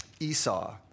Esau